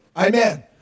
Amen